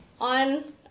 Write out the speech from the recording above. on